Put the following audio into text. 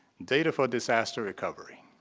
data for disaster recovery.